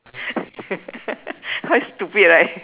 quite stupid right